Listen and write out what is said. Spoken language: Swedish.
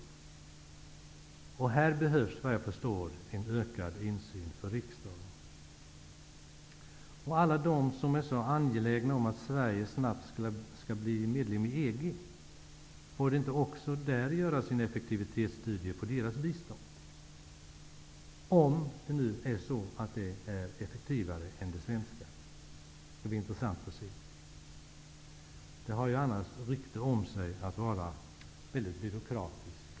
Borde det inte också göras en effektivitetsstudie av EG:s bistånd? Det är ju många som är angelägna om att Sverige snabbt skall bli medlem i EG. Man borde studera om EG:s bistånd är effektivare än Sveriges bistånd. Det skall bli intressant att se. Det har ju annars rykte om sig att vara byråkratiskt och trögt.